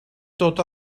dod